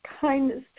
kindness